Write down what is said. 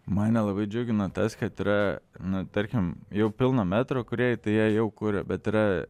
mane labai džiugina tas kad yra na tarkim jau pilno metro kūrėjai tai jie jau kuria bet yra